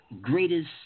greatest